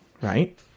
right